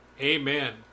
Amen